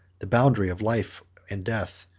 the boundary of life and death,